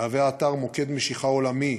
יהווה האתר מוקד משיכה עולמי,